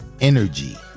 energy